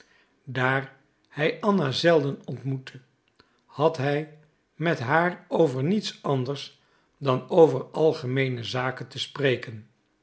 daar hij anna zelden ontmoette had hij met haar over niets anders dan over algemeene zaken te spreken